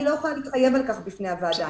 אני לא יכולה להתחייב על כך בפני הוועדה.